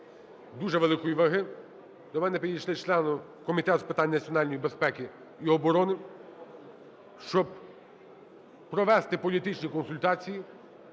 дуже великої ваги, до мене підійшли члени Комітету з питань національної безпеки і оборони щоб провести політичні консультації